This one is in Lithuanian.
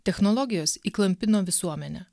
technologijos įklampino visuomenę